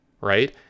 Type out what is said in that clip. right